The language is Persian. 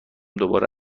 دوباره